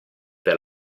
per